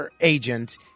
agent